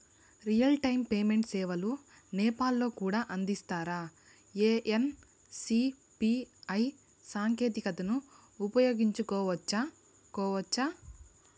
Real time payment సేవలు నేపాల్ లో కూడా అందిస్తారా? ఎన్.సి.పి.ఐ సాంకేతికతను ఉపయోగించుకోవచ్చా కోవచ్చా?